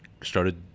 started